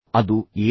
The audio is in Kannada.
ಅದು ಏನು